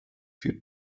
für